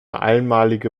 einmalige